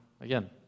again